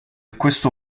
questo